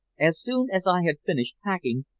as soon as i had finished packing,